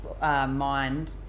mind